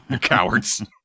Cowards